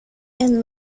and